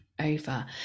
over